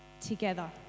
together